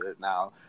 Now